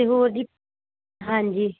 ਅਤੇ ਉਹਦੀ ਹਾਂਜੀ